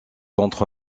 entre